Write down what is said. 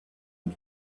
had